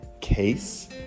Case